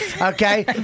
Okay